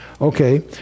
Okay